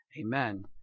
Amen